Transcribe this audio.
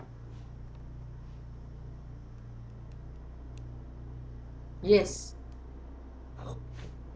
yes